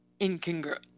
incongruent